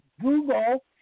Google